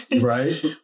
right